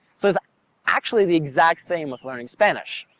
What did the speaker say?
so it's actually the exact same with learning spanish.